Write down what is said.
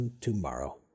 tomorrow